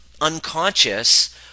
unconscious